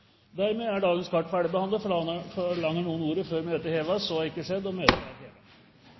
Dermed er dagens kart ferdigbehandlet. Forlanger noen ordet før møtet heves? – Møtet er